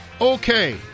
Okay